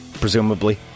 presumably